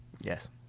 Yes